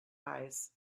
eyes